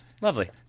Lovely